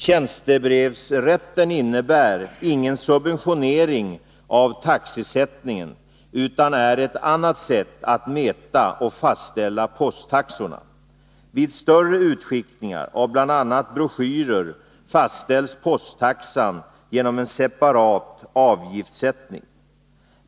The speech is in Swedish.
Tjänstebrevsrätten innebär ingen subventionering av taxesättningen utan är ett annat sätt att mäta och fastställa posttaxorna. Vid större utskickningar av bl.a. broschyrer fastställs posttaxan genom en separat avgiftssättning.